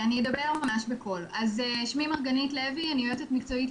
ומייד אוודא את זה,